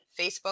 Facebook